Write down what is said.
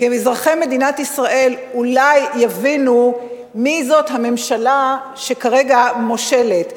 כי אזרחי מדינת ישראל אולי יבינו מי זאת הממשלה שכרגע מושלת,